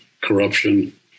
corruption